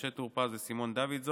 משה טור פז וסימון דוידסון,